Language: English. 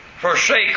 forsake